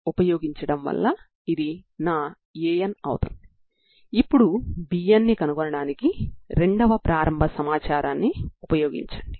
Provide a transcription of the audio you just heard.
మీరు ux0fమరియు utx0g అనే ప్రారంభ సమాచారాన్ని మాత్రమే కలిగి ఉన్నారు